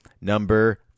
Number